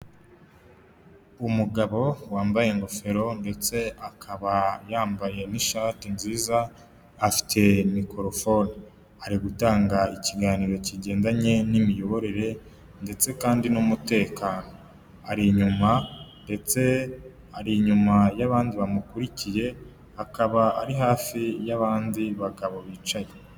Umugabo wambaye ingofero ndetse akaba yambaye n'ishati nziza afite mikorofone ari gutanga ikiganiro kigendanye n'imiyoborere ndetse kandi n'umutekano, ari inyuma ndetse ari inyuma y'abandi bamukurikiye akaba ari hafi y'abandi bagabo bicaye.